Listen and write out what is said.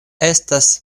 estas